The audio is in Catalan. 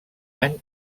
any